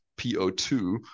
PO2